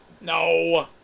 No